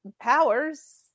powers